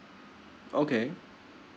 okay